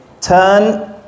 turn